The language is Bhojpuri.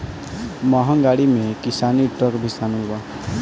महँग गाड़ी में किसानी ट्रक भी शामिल बा